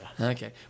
Okay